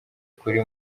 kuri